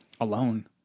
alone